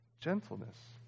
Gentleness